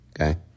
okay